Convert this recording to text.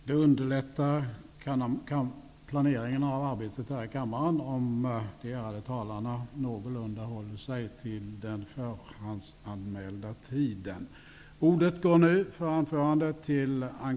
Det underlättar planeringen av arbetet här i kammaren om de ärade talarna någorlunda håller sig till den förhandsanmälda tiden.